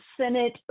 Senate